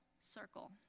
circle